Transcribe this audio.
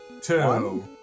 Two